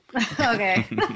Okay